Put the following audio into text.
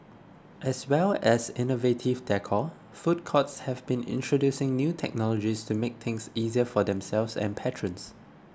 as well as innovative decor food courts have been introducing new technologies to make things easier for themselves and patrons